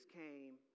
came